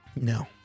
No